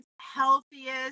healthiest